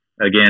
again